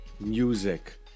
music